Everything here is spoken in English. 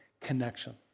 connection